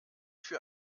für